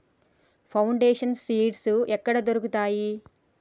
Foundation seeds ఎక్కడ దొరుకుతాయి?